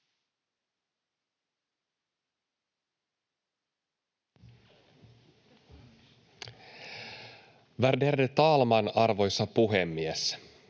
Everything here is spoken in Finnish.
Värderade talman, arvoisa puhemies!